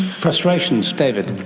frustrations, david.